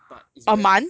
but it's ve~